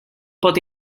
pot